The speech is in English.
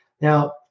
Now